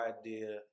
idea